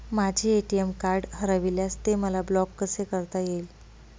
माझे ATM card हरविल्यास ते मला ब्लॉक कसे करता येईल?